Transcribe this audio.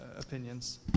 opinions